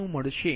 97 મળશે